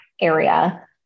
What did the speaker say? area